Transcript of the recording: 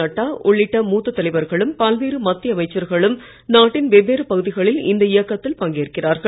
நட்டா உள்ளிட்ட மூத்த தலைவர்களும் பல்வேறு மத்திய அமைச்சர்களும் நாட்டின் வெவ்வேறு பகுதிகளில் இந்த இயக்கத்தில் பங்கேற்கிறார்கள்